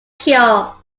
cure